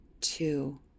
two